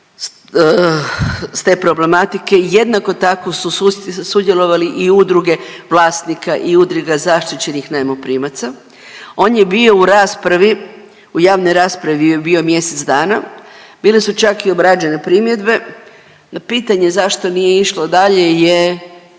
s te problematike i jednako tako su sudjelovali i udruge vlasnika i udruga zaštićenih najmoprimaca. On je bio u raspravi, u javnoj raspravi je bio mjesec dana, bile su čak i obrađene primjedbe no pitanje je zašto nije išlo dalje je,